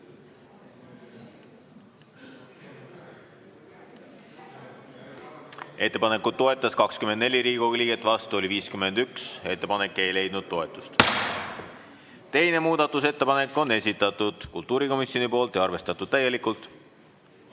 Ettepanekut toetas 24 Riigikogu liiget, vastu oli 51. Ettepanek ei leidnud toetust. Teise muudatusettepaneku on esitanud kultuurikomisjon ja see on arvestatud täielikult.